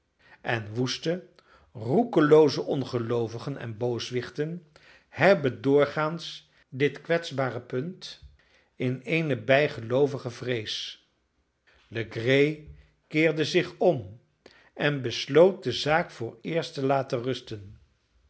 en woeste roekelooze ongeloovigen en booswichten hebben doorgaans dit kwetsbare punt in eene bijgeloovige vrees legree keerde zich om en besloot de zaak vooreerst te laten rusten